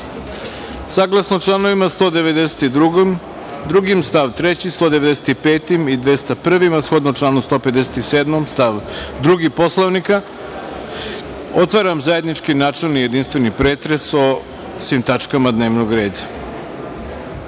članovima 192. stav 3, članom 195. i 201, a shodno članu 157. stav 2. Poslovnika, otvaram zajednički načelni i jedinstveni pretres o svim tačkama dnevnog reda. Da